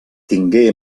tingué